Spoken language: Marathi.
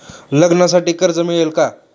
लग्नासाठी कर्ज मिळेल का?